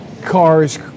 cars